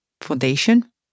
Foundation